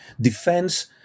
defense